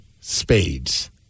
Spades